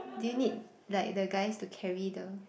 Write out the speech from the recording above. do you need like the guys to carry the